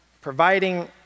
providing